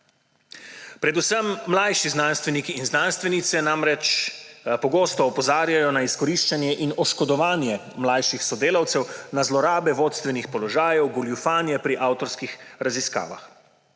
Predvsem mlajši znanstveniki in znanstvenice namreč pogosto opozarjajo na izkoriščanje in odškodovanje mlajših sodelavcev, na zlorabe vodstvenih položajev, goljufanje pri avtorskih raziskavah.